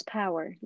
power